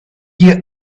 you